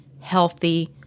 healthy